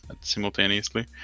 simultaneously